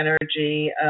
energy